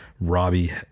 Robbie